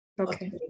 Okay